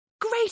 Great